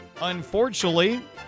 Unfortunately